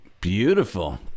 beautiful